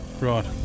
Right